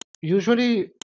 usually